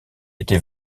été